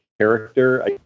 character